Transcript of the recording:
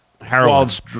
Harold's